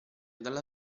dalla